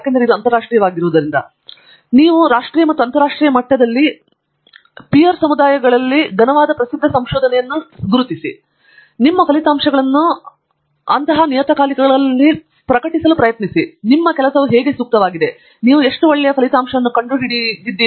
ಆದರೆ ರಾಷ್ಟ್ರೀಯ ಮತ್ತು ಅಂತರರಾಷ್ಟ್ರೀಯ ಮಟ್ಟದಲ್ಲಿ ಪೀರ್ ಸಮುದಾಯಗಳಿಗೆ ಘನವಾದ ಪ್ರಸಿದ್ಧ ಸಂಶೋಧನೆಯನ್ನು ಗುರುತಿಸಿ ಮತ್ತು ನಿಮ್ಮ ಫಲಿತಾಂಶಗಳನ್ನು ಪ್ರಕಟಿಸಲು ಪ್ರಯತ್ನಿಸಿ ಮತ್ತು ನಿಮ್ಮ ಕೆಲಸವು ಹೇಗೆ ಸೂಕ್ತವಾಗಿದೆ ನೀವು ಎಷ್ಟು ಒಳ್ಳೆಯದು ಎಂಬುದನ್ನು ಕಂಡುಹಿಡಿಯುವಲ್ಲಿ ಇದು ಒಂದು ದಾರಿಯಾಗಿದೆ